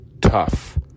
Tough